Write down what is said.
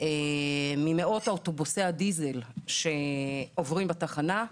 ממאות אוטובוסי הדיזל שעוברים בתחנה.